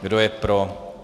Kdo je pro?